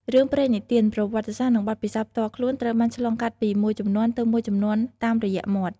រឿងព្រេងនិទាន ប្រវត្តិសាស្រ្ត និងបទពិសោធន៍ផ្ទាល់ខ្លួនត្រូវបានឆ្លងកាត់ពីមួយជំនាន់ទៅមួយជំនាន់តាមរយៈមាត់។